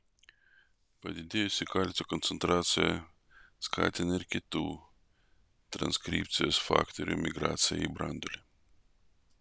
padidėjusi kalcio koncentracija skatina ir kitų transkripcijos faktorių migraciją į branduolį